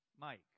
Mike